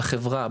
בחברה,